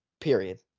Period